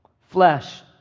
Flesh